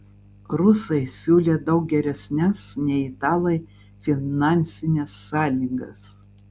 rusai siūlė daug geresnes nei italai finansines sąlygas